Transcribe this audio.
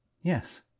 yes